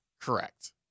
Correct